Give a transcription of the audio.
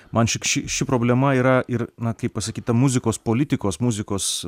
man ši ši ši problema yra ir na kaip pasakyt ta muzikos politikos muzikos